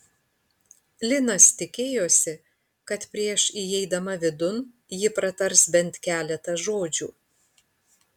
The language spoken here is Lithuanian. linas tikėjosi kad prieš įeidama vidun ji pratars bent keletą žodžių